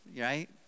right